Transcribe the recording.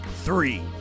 three